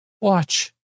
Watch